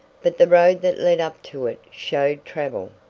but the road that led up to it showed travel,